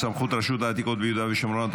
סמכות רשות העתיקות ביהודה ושומרון),